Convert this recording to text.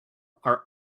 are